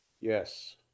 Yes